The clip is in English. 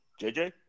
JJ